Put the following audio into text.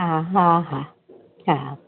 हा हा हा हा